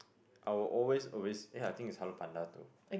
I will always always eh I think it's Hello Panda too